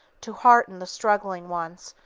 to hearten the struggling ones,